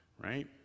right